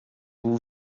vous